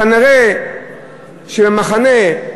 כנראה ב"במחנה",